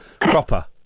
proper